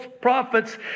prophets